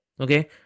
Okay